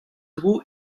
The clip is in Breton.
dro